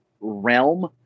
realm